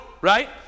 right